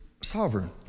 sovereign